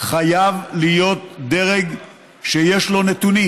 חייב להיות דרג שיש לו נתונים.